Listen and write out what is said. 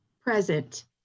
present –